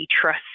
trust